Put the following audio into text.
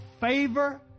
favor